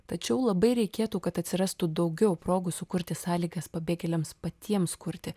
tačiau labai reikėtų kad atsirastų daugiau progų sukurti sąlygas pabėgėliams patiems kurti